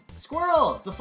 Squirrel